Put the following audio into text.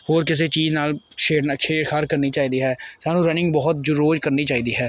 ਹੋਰ ਕਿਸੇ ਚੀਜ਼ ਨਾਲ ਛੇੜਨਾ ਛੇੜ ਛਾੜ ਕਰਨੀ ਚਾਹੀਦੀ ਹੈ ਸਾਨੂੰ ਰਨਿੰਗ ਬਹੁਤ ਜ ਰੋਜ਼ ਕਰਨੀ ਚਾਹੀਦੀ ਹੈ